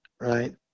Right